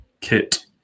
kit